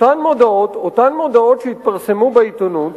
אותן מודעות שהתפרסמו בעיתונות,